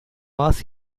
was